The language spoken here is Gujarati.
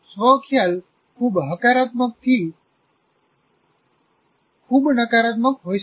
સ્વ ખ્યાલ ખૂબ હકારાત્મકથી ખૂબ નકારાત્મક હોઈ શકે છે